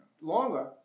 longer